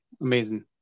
Amazing